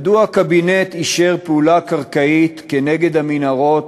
מדוע הקבינט אישר פעולה קרקעית כנגד המנהרות